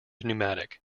pneumatic